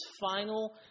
final